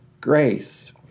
grace